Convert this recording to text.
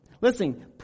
Listen